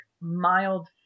mild